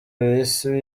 bisi